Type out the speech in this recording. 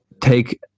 take